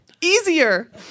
Easier